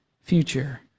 future